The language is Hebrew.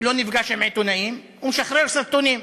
הוא לא נפגש עם עיתונאים, הוא משחרר סרטונים.